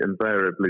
invariably